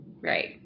Right